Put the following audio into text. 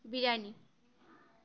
biryani